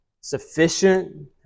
sufficient